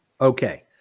okay